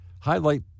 highlight